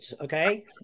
okay